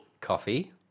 Coffee